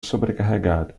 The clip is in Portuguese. sobrecarregado